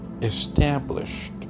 established